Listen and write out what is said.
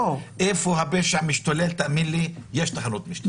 איפה שהפשע משתולל, תאמין לי, יש תחנות משטרה.